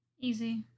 Easy